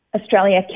Australia